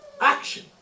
action